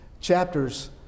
chapters